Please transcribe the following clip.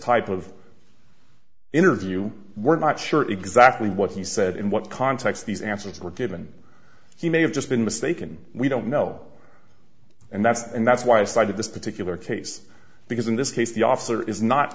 type of interview we're not sure exactly what he said in what context these answers were given he may have just been mistaken we don't know and that's and that's why i cited this particular case because in this case the officer is not